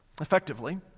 effectively